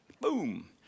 Boom